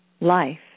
Life